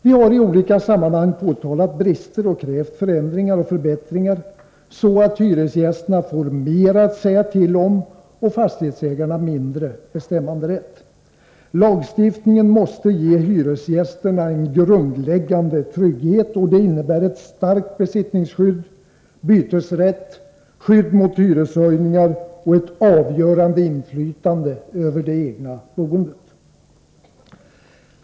Vi har i olika sammanhang påtalat brister och krävt förändringar och förbättringar, så att hyresgästerna får mer att säga till om och fastighetsägarna mindre bestämmanderätt. Lagstiftningen måste ge hyresgästerna en grundläggande trygghet. Det innebär ett starkt besittningsskydd, bytesrätt, skydd mot hyreshöjningar och ett avgörande inflytande över det egna boendet.